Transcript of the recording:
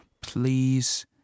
please